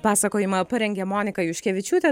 pasakojimą parengė monika juškevičiūtė